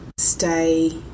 stay